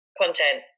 content